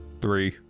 Three